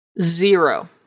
zero